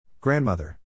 Grandmother